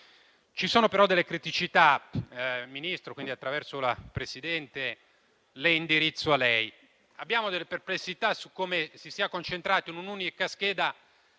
Ci sono però delle criticità, signor Ministro e, per il tramite della Presidente, le indirizzo a lei. Abbiamo delle perplessità su come si siano concentrate in un'unica scheda